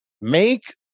Make